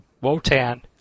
Wotan